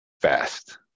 fast